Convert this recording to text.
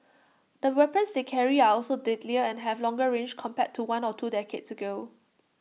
the weapons they carry are also deadlier and have longer range compared to one or two decades ago